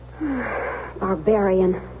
Barbarian